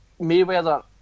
Mayweather